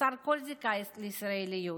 חסר כל זיקה לישראליות,